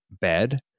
bed